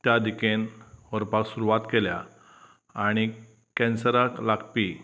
ते दिकेन व्हरपाक सुरवात केल्या आनी कॅन्सराक लागपी